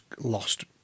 lost